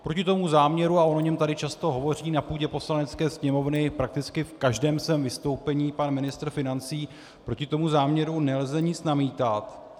Proti tomu záměru, a o něm tady často hovoří na půdě Poslanecké sněmovny, prakticky v každém svém vystoupení, pan ministr financí, proti tomu záměru nelze nic namítat.